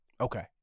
Okay